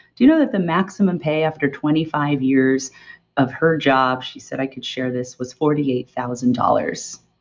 do you know that the maximum pay after twenty five years of her job, she said i could share this was forty eight thousand dollars.